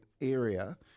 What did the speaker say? area